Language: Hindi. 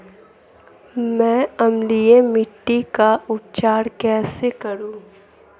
मैं अम्लीय मिट्टी का उपचार कैसे करूं?